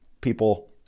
people